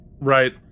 right